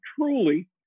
truly